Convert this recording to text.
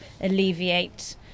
alleviate